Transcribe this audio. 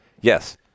Yes